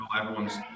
everyone's